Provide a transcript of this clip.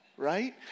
right